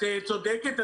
את צודקת.